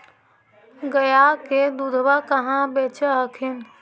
गया के दूधबा कहाँ बेच हखिन?